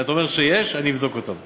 אם אתה אומר שיש, אני אבדוק אותן.